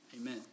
Amen